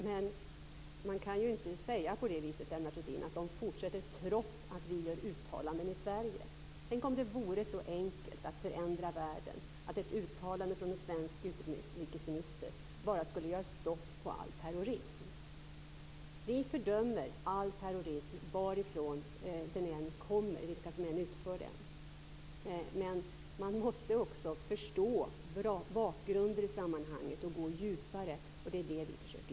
Men man kan inte säga på det viset, Lennart Rohdin, att de fortsätter trots att vi gör uttalanden i Sverige. Tänk om det vore så enkelt att förändra världen att ett uttalande från en svensk utrikesminister skulle sätta stopp för all terrorism. Vi fördömer all terrorism varifrån den än kommer och vilka som än utför den. Men man måste också i sammanhanget förstå bakgrunder och gå djupare, och det är vad vi försöker att göra.